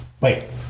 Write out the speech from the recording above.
wait